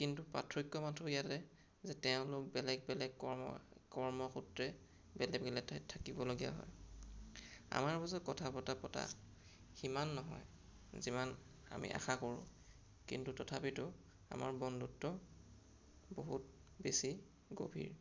কিন্তু পাৰ্থক্য মাথোঁ ইয়াতে যে তেওঁলোক বেলেগ বেলেগ কৰ্ম কৰ্মসূত্ৰে বেলেগ বেলেগ ঠাইত থাকিবলগীয়া হয় আমাৰ মাজত কথা বতৰা পতা সিমান নহয় যিমান আমি আশা কৰোঁ কিন্তু তথাপিতো আমাৰ বন্ধুত্ব বহুত বেছি গভীৰ